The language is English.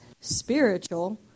spiritual